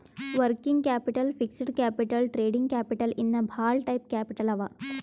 working capital, fixed capital, trading capital ಇನ್ನಾ ಭಾಳ type capital ಅವಾ